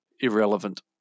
irrelevant